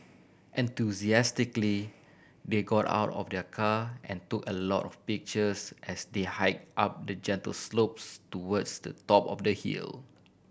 enthusiastically they got out of the car and took a lot of pictures as they hike up the gentle slopes towards the top of the hill